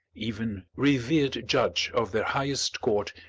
even revered judge of their highest court,